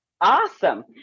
awesome